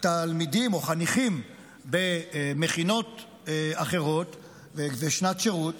תלמידים או חניכים במכינות אחרות ושנת שירות,